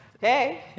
Hey